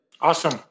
Awesome